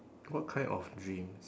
what kind of dreams